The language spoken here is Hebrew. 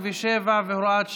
57 והוראות שעה),